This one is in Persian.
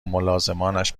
ملازمانش